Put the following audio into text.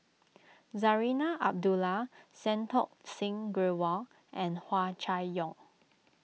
Zarinah Abdullah Santokh Singh Grewal and Hua Chai Yong